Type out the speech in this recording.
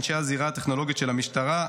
אנשי הזירה הטכנולוגית של המשטרה,